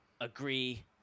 agree